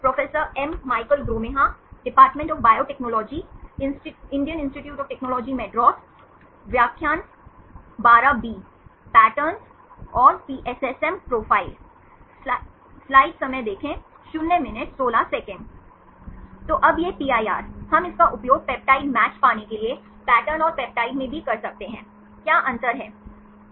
तो अब यह PIR हम इसका उपयोग पेप्टाइड मैच पाने के लिए पैटर्न और पेप्टाइड में भी कर सकते हैं क्या अंतर है